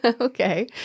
Okay